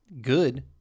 good